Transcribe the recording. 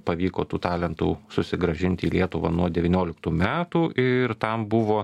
pavyko tų talentų susigrąžinti į lietuvą nuo devynioliktų metų ir tam buvo